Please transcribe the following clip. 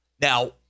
Now